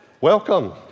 Welcome